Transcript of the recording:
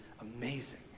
amazing